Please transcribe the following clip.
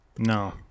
No